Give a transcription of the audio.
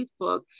Facebook